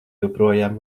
joprojām